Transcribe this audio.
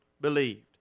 believed